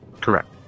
Correct